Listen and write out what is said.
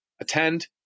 attend